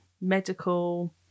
medical